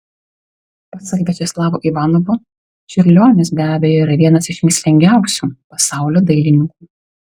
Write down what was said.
pasak viačeslavo ivanovo čiurlionis be abejo yra vienas iš mįslingiausių pasaulio dailininkų